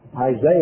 Isaiah